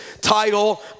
title